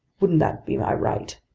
wouldn't that be my right?